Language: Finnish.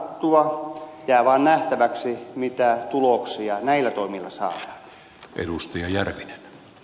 jää vain nähtäväksi mitä tuloksia näillä toimilla saadaan